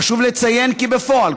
חשוב לציין כי בפועל,